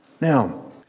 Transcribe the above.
Now